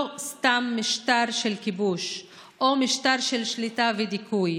'סתם' משטר של כיבוש או משטר של שליטה ודיכוי,